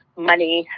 money,